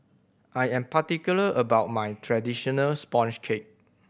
I am particular about my traditional sponge cake